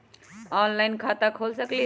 Online खाता खोल सकलीह?